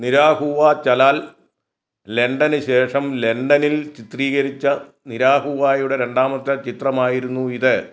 നിരാഹുവ ചലാൽ ലണ്ടന് ശേഷം ലണ്ടനിൽ ചിത്രീകരിച്ച നിരാഹുവയുടെ രണ്ടാമത്തെ ചിത്രമായിരുന്നു ഇത്